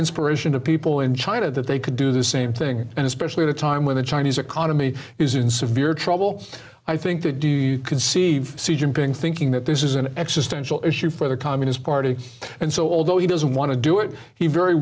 inspiration to people in china that they could do the same thing and especially at a time when the chinese economy is in severe trouble i think they do you can see see jim been thinking that this is an existential issue for the communist party and so although he doesn't want to do it he very